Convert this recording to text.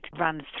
runs